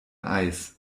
eis